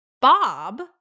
Bob